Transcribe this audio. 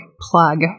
plug